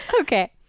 Okay